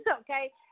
okay